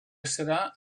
serà